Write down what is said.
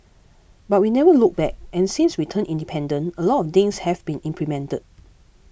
but we never looked back and since we turned independent a lot of things have been implemented